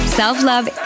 self-love